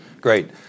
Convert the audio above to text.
Great